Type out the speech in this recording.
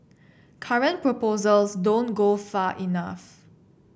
current proposals don't go far enough